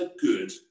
good